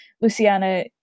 Luciana